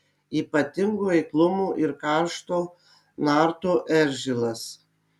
ypatingo eiklumo ir karšto narto eržilas